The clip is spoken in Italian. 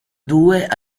due